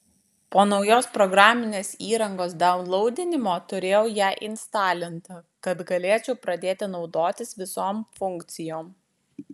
po naujos programinės įrangos daunlaudinimo turėjau ją instalinti kad galėčiau pradėti naudotis visom funkcijom